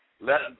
let